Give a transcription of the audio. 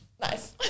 Nice